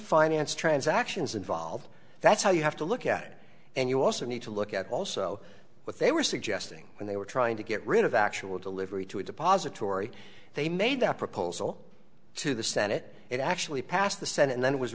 finance transactions involved that's how you have to look at it and you also need to look at also what they were suggesting when they were trying to get rid of the actual delivery to a depository they made that proposal to the senate it actually passed the senate and then it was